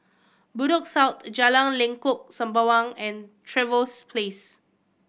Bedok South Jalan Lengkok Sembawang and Trevose Place